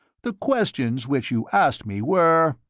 the questions which you asked me were,